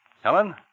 Helen